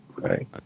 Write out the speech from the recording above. Right